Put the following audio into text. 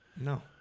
No